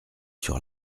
sur